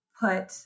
put